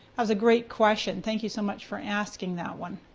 that was a great question. thank you so much for asking that one.